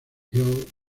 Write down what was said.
hill